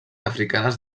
africanes